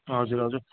हजुर हजुर